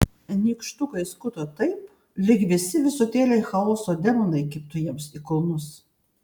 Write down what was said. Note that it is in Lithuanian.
nykštukai skuto taip lyg visi visutėliai chaoso demonai kibtų jiems į kulnus